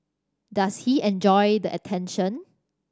does he enjoy the attention